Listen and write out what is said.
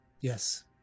Yes